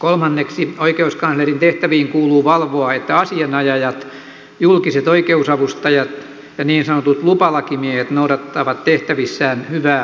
kolmanneksi oikeuskanslerin tehtäviin kuuluu valvoa että asianajajat julkiset oikeus avustajat ja niin sanotut lupalakimiehet noudattavat tehtävissään hyvää asianajotapaa